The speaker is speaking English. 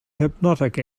hypnotic